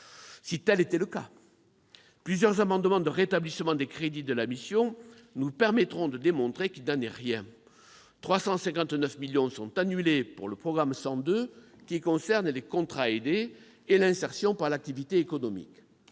si tel était bien le cas. Or plusieurs amendements de rétablissement des crédits de la mission nous permettront de démontrer qu'il n'en est rien. Ainsi, 359 millions d'euros sont annulés pour le programme 102, qui concerne les contrats aidés et l'insertion par l'activité économique.